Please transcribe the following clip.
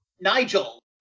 Nigel